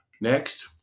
Next